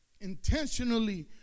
intentionally